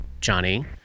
Johnny